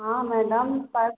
हाँ मैडम पर